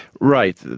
right,